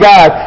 God